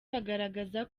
bagaragaza